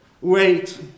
Wait